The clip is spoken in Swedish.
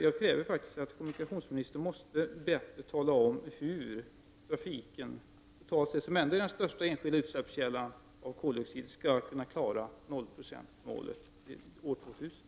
Jag kräver att kommunikationsministern tydligare talar om hur trafiken, som är den största enskilda källan för utsläpp av koldioxid, skall klara nollprocentsmålet fram till år 2000.